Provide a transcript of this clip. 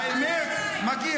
האמת,